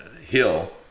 hill